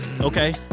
Okay